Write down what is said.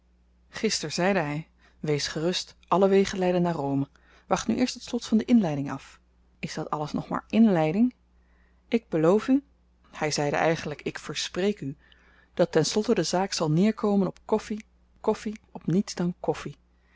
gister zeide hy wees gerust alle wegen leiden naar rome wacht nu eerst het slot van de inleiding af is dat alles nog maar inleiding ik beloof u hy zeide eigenlyk ik verspreek u dat ten slotte de zaak zal neerkomen op koffi koffi op niets dan koffi